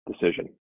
decision